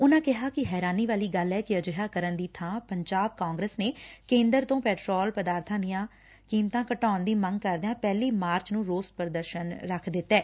ਉਨਾਂ ਕਿਹਾ ਕਿ ਹੈਰਾਨੀ ਵਾਲੀ ਗੱਲ ਏ ਕਿ ਅਜਿਹਾ ਕਰਨ ਦੀ ਬਾਂ ਪੰਜਾਬ ਕਾਂਗਰਸ ਨੇ ਕੇਂਦਰ ਤੋ ਪੈਟੋਲੀਅਮ ਪਦਾਰਬਾਂ ਦੀਆਂ ਘਟਾਉਣ ਦੀ ਮੰਗ ਕਰਦਿਆਂ ਪਹਿਲੀ ਮਾਰਚ ਨੂੰ ਰੋਸ ਪੁਦਰਸ਼ਨ ਰੱਖ ਦਿਤੈ